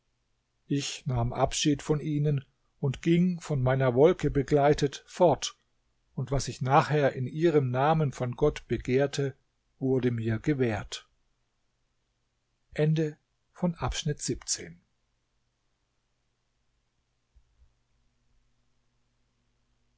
ich nahm abschied von ihnen und ging von meiner wolke begleitet fort und was ich nachher in ihrem namen von gott begehrte wurde mir gewährt